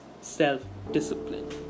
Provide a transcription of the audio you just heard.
self-discipline